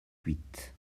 huit